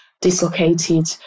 dislocated